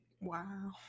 Wow